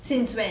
since when